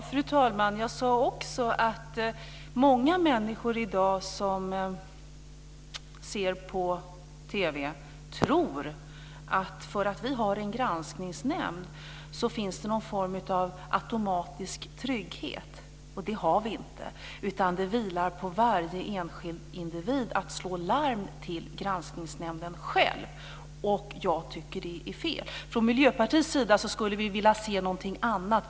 Fru talman! Jag sade också att många människor som i dag ser på TV tror att det finns någon form av automatisk trygghet på grund av att vi har en granskningsnämnd. Men så är det inte. Det vilar på varje enskild individ att själv slå larm till Granskningsnämnden. Det tycker jag är fel. Från Miljöpartiets sida skulle vi vilja se något annat.